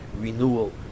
renewal